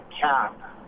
cap